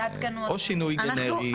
או שינוי גנרי,